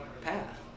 path